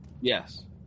Yes